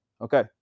okay